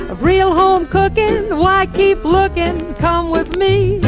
ah real home cooking. why keep looking. come with me